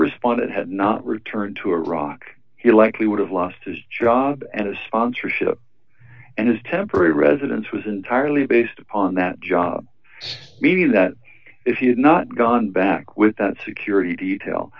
respondent had not returned to iraq he likely would have lost his job and sponsorship and his temporary residence was entirely based on that job meaning that if he had not gone back with that security detail